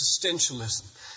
existentialism